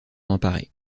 emparer